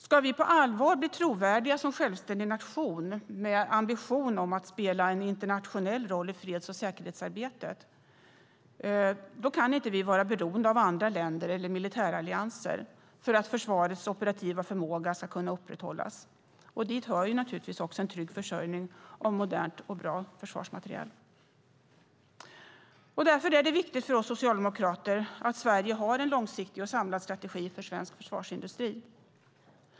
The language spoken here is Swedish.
Ska vi som självständig nation på allvar bli trovärdiga när det gäller ambitionen att spela en internationell roll i freds och säkerhetsarbetet kan vi inte vara beroende av andra länder eller militärallianser för att försvarets operativa förmåga ska kunna upprätthållas. Dit hör naturligtvis också en trygg försörjning av modern och bra försvarsmateriel. Därför är det viktigt för oss socialdemokrater att Sverige har en långsiktig och samlad strategi för svensk försvarsindustri.